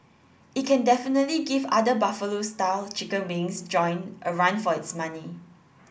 it can definitely give other Buffalo style chicken wings joint a run for its money